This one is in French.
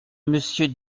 monsieur